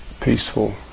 peaceful